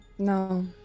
No